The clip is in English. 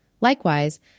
Likewise